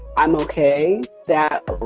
i'm okay, that,